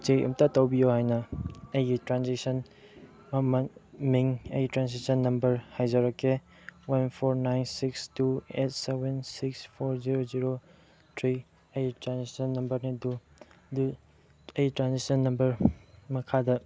check ꯑꯝꯇ ꯇꯧꯕꯤꯌꯨ ꯍꯥꯏꯅ ꯑꯩꯒꯤ ꯇ꯭ꯔꯥꯟꯖꯦꯛꯁꯟ ꯑꯃ ꯃꯤꯡ ꯑꯩꯒꯤ ꯇ꯭ꯔꯥꯟꯖꯦꯛꯁꯟ ꯅꯝꯕꯔ ꯍꯥꯏꯖꯔꯛꯀꯦ one four nine six two eight seven six four zero zero three ꯑꯩ ꯇ꯭ꯔꯥꯟꯖꯦꯛꯁꯟ ꯅꯝꯕꯔꯅꯦ ꯑꯗꯨ ꯑꯩ ꯇ꯭ꯔꯥꯟꯖꯦꯛꯁꯟ ꯅꯝꯕꯔ ꯃꯈꯥꯗ